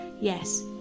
Yes